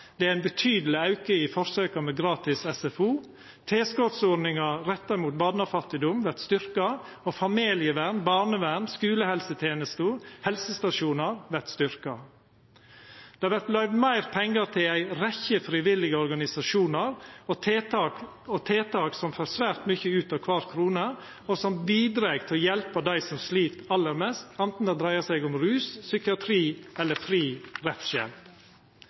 Det er ein betydelig auke i forsøka med gratis SFO. Tilskotsordninga retta mot barnefattigdom vert styrkt, og familievern, barnevern, skulehelsetenesta og helsestasjonar vert styrkte. Det vert løyvd meir pengar til ei rekkje frivillige organisasjonar og tiltak som får svært mykje ut av kvar krone, og som bidreg til å hjelpa dei som slit aller mest anten det dreier seg om rus, psykiatri eller fri